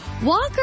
Walker